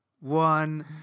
one